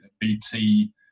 BT